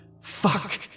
Fuck